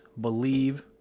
believe